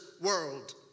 world